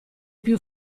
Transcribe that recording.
più